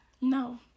No